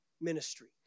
ministry